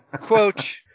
quote